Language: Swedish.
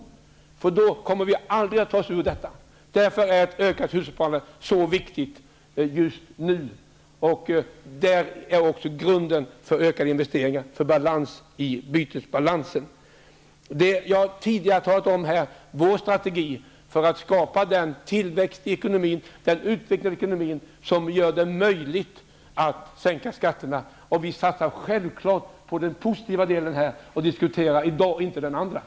Detta är väsentligt om vi skall kunna ta oss ur det här läget. Därför är ett ökat hushållssparande mycket viktigt just nu. Det är också grunden för ökade investeringar och för en balans i bytesbalansen. Jag har tidigare här talat om vår strategi för att skapa tillväxt i ekonomin och åstadkomma en utveckling i ekonomin som gör det möjligt att sänka skatterna. Självfallet satsar vi på den positiva delen här. Något annat diskuterar vi inte i dag.